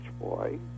boy